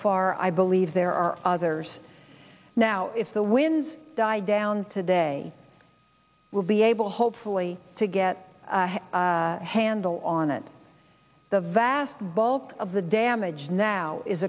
far i believe there are others now if the winds die down today we'll be able hopefully to get a handle on it the vast bulk of the damage now is